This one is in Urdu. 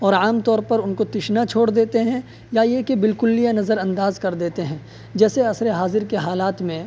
اور عام طور پر ان کو تشنہ چھوڑ دیتے ہیں یا یہ کہ بالکلیہ نظر انداز کر دیتے ہیں جیسے عصر حاضر کے حالات میں